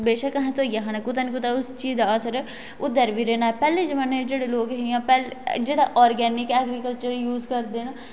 बेशक आसे धोइयै खानी पर कुतै ना कुतै ओह् उस चीज दा असर ओहदे उपर बी रौहना ऐ पहले जमाने दे जेहडे़ हे ओह् आरगेनिक ऐग्रीकलचर यूज करदे ना